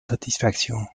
satisfaction